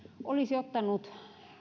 olisi ottanut